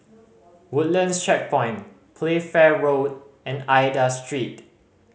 Woodlands Checkpoint Playfair Road and Aida Street